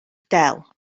del